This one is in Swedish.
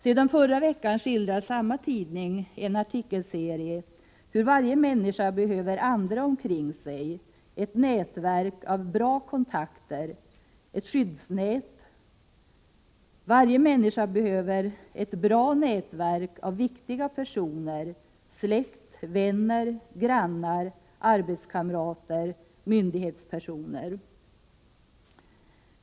Sedan förra veckan skildrar samma tidning i en artikelserie hur varje människa behöver andra omkring sig, ett nätverk av bra kontakter, ett skyddsnät. Varje människa behöver ett bra nätverk av viktiga personer, släkt, vänner, grannar, arbetskamrater och myndighetspersoner.